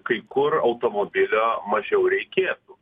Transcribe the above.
kai kur automobilio mažiau reikėtų